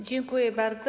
Dziękuję bardzo.